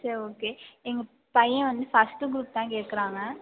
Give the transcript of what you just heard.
சரி ஓகே எங்கள் பையன் வந்து ஃபர்ஸ்ட்டு க்ரூப் தான் கேட்குறாங்க